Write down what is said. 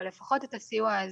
אבל לפחות את הסיע הזה